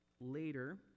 later